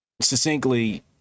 succinctly